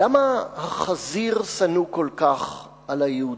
למה החזיר שנוא כל כך על היהודים?